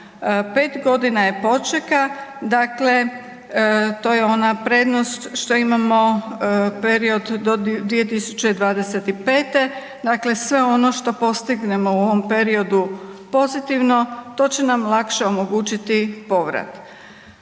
5 godina je počeka, dakle to je ona prednost što imamo period do 2025., dakle sve ono što postignemo u ovom periodu pozitivno to će nam lakše omogućiti povrat.